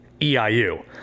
EIU